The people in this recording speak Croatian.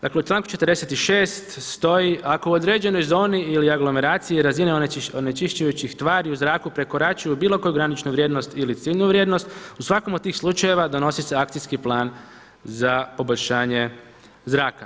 Dakle, u članku 46. stoji ako u određenoj zoni ili aglomeraciji razina onečišćujućih tvari u zraku prekoračuju bilo koju graničnu vrijednost ili ciljnu vrijednost, u svakom od tih slučajeva donosi se akcijski plan za poboljšanje zraka.